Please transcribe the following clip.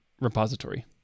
repository